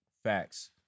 Facts